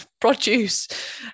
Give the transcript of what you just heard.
produce